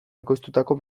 ekoiztutako